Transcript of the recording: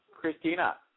Christina